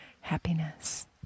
happiness